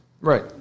Right